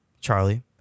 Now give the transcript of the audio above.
Charlie